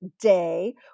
day